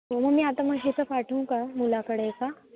हो मग मी आता म्हशीचं पाठवू का मुलाकडे एका